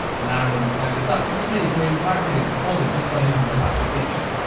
now, when we play this back. we've just made a groove without really recording just by using the capture feature.